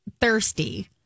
thirsty